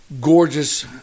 gorgeous